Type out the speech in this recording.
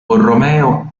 borromeo